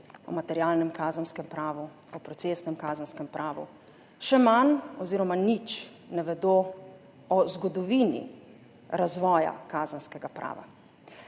o materialnem kazenskem pravu, o procesnem kazenskem pravu. Še manj oziroma nič ne vedo o zgodovini razvoja kazenskega prava.